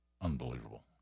Unbelievable